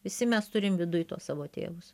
visi mes turim viduj tuos savo tėvus